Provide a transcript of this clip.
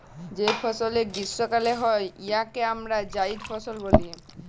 যে ফসলে গীষ্মকালে হ্যয় উয়াকে আমরা জাইদ ফসল ব্যলি